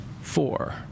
four